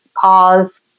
pause